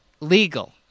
legal